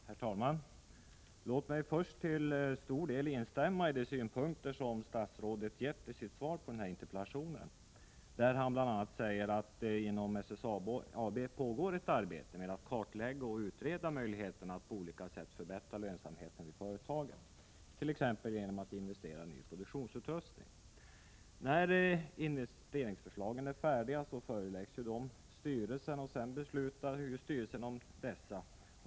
Herr talman! Låt mig först till stor del instämma i de synpunkter som statsrådet gett i sitt svar på interpellationen. Han säger där bl.a. att det inom SSAB pågår ett arbete med att kartlägga och utreda möjligheterna att på olika sätt förbättra lönsamheten inom företaget, t.ex. genom att investera i ny produktionsutrustning. När investeringsförslagen är färdiga föreläggs dessa styrelsen, som sedan fattar beslut.